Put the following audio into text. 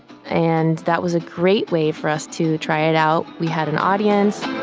and that was a great way for us to try it out. we had an audience